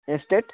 estate